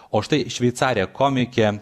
o štai šveicarė komikė